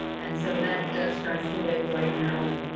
and so that does start the day bright and early.